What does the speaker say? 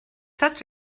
such